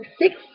six